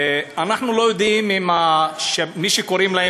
אנחנו לא יודעים אם מי שקוראים להם